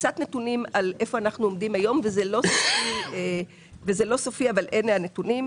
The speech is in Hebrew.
קצת נתונים על היכן אנחנו עומדים היום וזה לא סופי אבל אלה הנתונים.